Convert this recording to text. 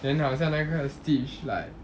then 好像那个 stitch like